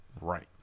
Right